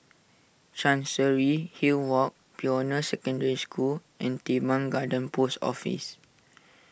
Chancery Hill Walk Pioneer Secondary School and Teban Garden Post Office